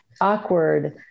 awkward